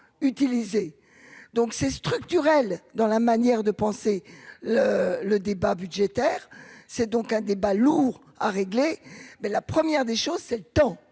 donc c'est structurel dans la manière de penser le le débat budgétaire, c'est donc un débat lourd à régler, mais la première des choses, c'est le temps,